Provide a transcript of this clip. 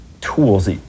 tools